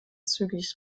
zügig